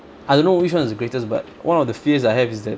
I don't know which one is the greatest but one of the fears I have is that